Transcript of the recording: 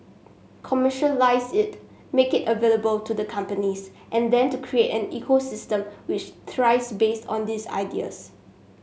commercialise it make it available to the companies and then to create an ecosystem which thrives based on these ideas